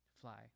fly